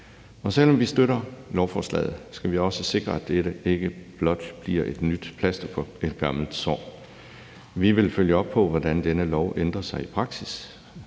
Selv om vi støtter lovforslaget, skal vi også sikre, at dette ikke blot bliver et nyt plaster på et gammelt sår. Vi vil følge op på, hvordan denne lov ændrer sig i praksis;